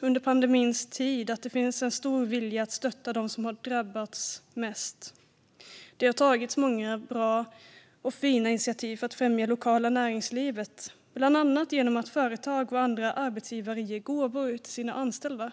under pandemin sett en stor vilja att stötta dem som har drabbats mest. Det har tagits många bra och fina initiativ för att främja det lokala näringslivet, bland annat genom att företag och andra arbetsgivare ger gåvor till sina anställda.